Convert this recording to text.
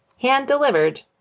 hand-delivered